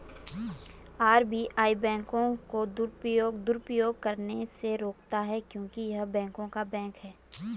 RBI बैंकों को दुरुपयोग करने से रोकता हैं क्योंकि य़ह बैंकों का बैंक हैं